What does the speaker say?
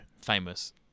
Famous